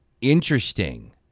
Interesting